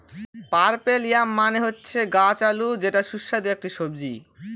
purple yam মানে হচ্ছে গাছ আলু যেটা সুস্বাদু একটি সবজি